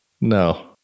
No